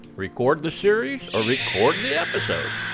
record the series, or record the episode.